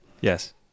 Yes